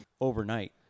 overnight